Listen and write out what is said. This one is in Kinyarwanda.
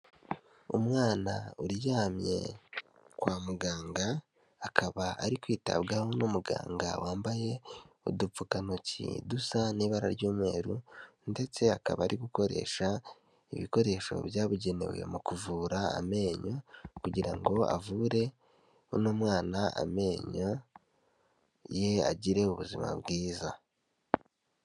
Umwana uryamye kwa muganga, akaba ari kwitabwaho n'umuganga wambaye udupfukantoki dusa n'ibara ry'umweru, ndetse akaba ari gukoresha ibikoresho byabugenewe mu kuvura amenyo, kugira ngo avure uno mwana amenyo ye, agire ubuzima bwiza.